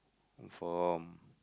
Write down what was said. form